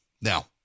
Now